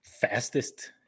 fastest